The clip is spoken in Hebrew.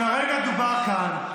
הרגע דובר כאן,